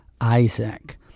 Isaac